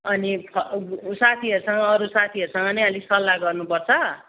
अनि साथीहरूसँग अरू साथीहरूसँग पनि अलिक सल्लाह गर्नुपर्छ